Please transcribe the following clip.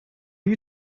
you